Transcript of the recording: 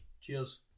Cheers